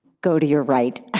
go to your right. ah